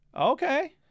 Okay